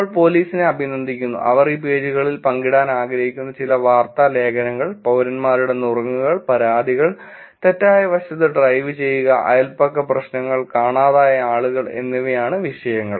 നമ്മൾ പോലീസിനെ അഭിനന്ദിക്കുന്നു അവർ ഈ പേജുകളിൽ പങ്കിടാൻ ആഗ്രഹിക്കുന്ന ചില വാർത്താ ലേഖനങ്ങൾ പൌരന്മാരുടെ നുറുങ്ങുകൾ പരാതികൾ തെറ്റായ വശത്ത് ഡ്രൈവ് ചെയ്യുക അയൽപക്ക പ്രശ്നങ്ങൾ കാണാതായ ആളുകൾ എന്നിവയാണ് വിഷയങ്ങൾ